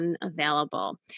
unavailable